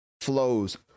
flows